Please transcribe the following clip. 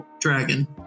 dragon